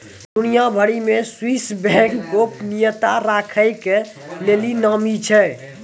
दुनिया भरि मे स्वीश बैंक गोपनीयता राखै के लेली नामी छै